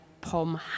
Pom